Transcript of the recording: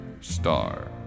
star